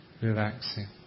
relaxing